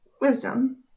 wisdom